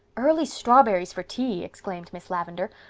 early strawberries for tea! exclaimed miss lavendar.